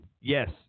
Yes